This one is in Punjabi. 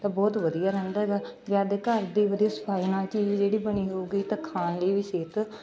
ਤਾਂ ਬਹੁਤ ਵਧੀਆ ਰਹਿੰਦਾ ਗਾ ਅਤੇ ਆਪਦੇ ਘਰ ਦੀ ਵਧੀਆ ਸਫਾਈ ਨਾਲ ਚੀਜ਼ ਜਿਹੜੀ ਬਣੀ ਹੋਵੇਗੀ ਤਾਂ ਖਾਣ ਲਈ ਵੀ ਸਿਹਤ